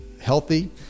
healthy